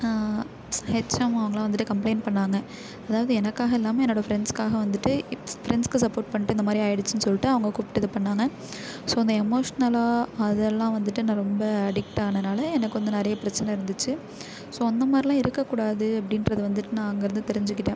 HM அவங்களா வந்துட்டு complaint பண்ணாங்க அதாவது எனக்காக இல்லாமல் என்னோடய ஃப்ரெண்ட்சுகாக வந்துட்டு இப் ஃப்ரெண்ட்சுக்கு சப்போர்ட் பண்ணிட்டு இந்த மாதிரி ஆகிடுச்சின்னு சொல்லிட்டு அவங்க கூப்பிட்டு இது பண்ணாங்க ஸோ இந்த எமோஷ்னலாக அதெல்லாம் வந்துட்டு என்னை ரொம்ப அடிக்ட் ஆனதுனால எனக்கு வந்து நிறைய பிரச்சனை இருந்துச்சு ஸோ அந்த மாதிரிலாம் இருக்கக்கூடாது அப்படின்றது வந்துட்டு நான் அங்கே இருந்து தெரிஞ்சுக்கிட்டேன்